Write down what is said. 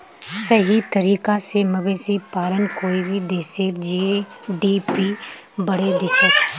सही तरीका स मवेशी पालन कोई भी देशेर जी.डी.पी बढ़ैं दिछेक